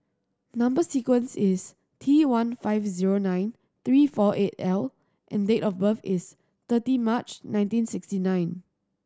number sequence is T one five zero nine three four eight L and date of birth is thirty March nineteen sixty nine